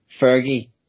Fergie